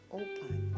open